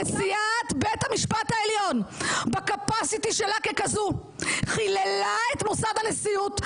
נשיאת בית המשפט העליון בקפסיטי שלה ככזאת חיללה את מוסד הנשיאות,